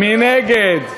מי נגד?